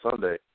Sunday